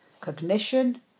cognition